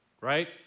Right